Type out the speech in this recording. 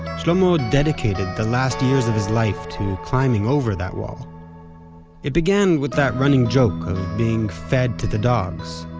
shlomo dedicated the last years of his life to climbing over that wall it began with that running joke of being fed to the dogs.